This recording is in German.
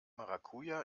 maracuja